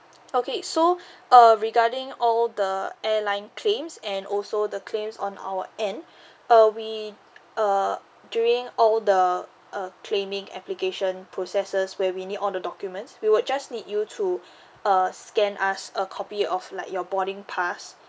okay so uh regarding all the airline claims and also the claims on our end uh we err during all the uh claiming application processes where we need all the documents we would just need you to err scan us a copy of like your boarding pass